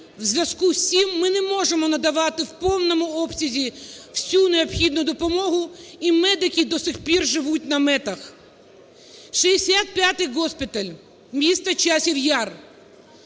у зв'язку з цим ми не можемо надавати в повному обсязі всю необхідну допомогу, і медики до сих пір живуть в наметах. 65-й госпіталь, місто Часів Яр,